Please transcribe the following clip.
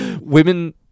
Women